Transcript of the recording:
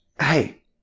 Hey